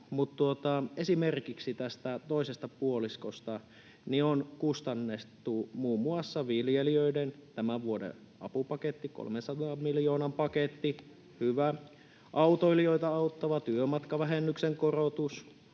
esimerkiksi tästä toisesta puoliskosta on kustannettu muun muassa viljelijöiden tämän vuoden apupaketti, 300 miljoonan paketti [Mari Rantasen välihuuto] — hyvä — autoilijoita auttava työmatkavähennyksen korotus